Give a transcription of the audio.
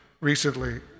recently